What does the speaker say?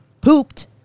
pooped